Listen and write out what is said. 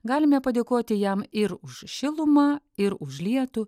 galime padėkoti jam ir už šilumą ir už lietų